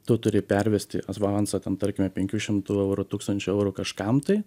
tu turi pervesti asvansą ten tarkime penkių šimtų eurų tūkstančio eurų kažkam tai